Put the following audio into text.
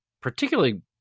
particularly